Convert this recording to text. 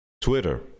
Twitter